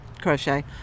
crochet